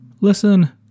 Listen